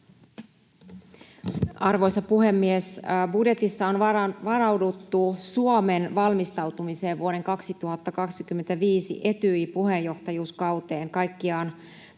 Arvoisa puhemies! Budjetissa on varauduttu Suomen valmistautumiseen vuoden 2025 Etyj-puheenjohtajuuskauteen, kaikkiaan